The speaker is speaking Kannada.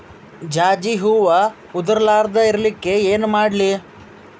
ಜಾಜಿ ಹೂವ ಉದರ್ ಲಾರದ ಇರಲಿಕ್ಕಿ ಏನ ಮಾಡ್ಲಿ?